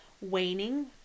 waning